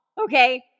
Okay